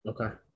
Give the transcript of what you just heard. Okay